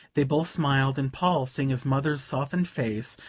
they both smiled, and paul, seeing his mother's softened face,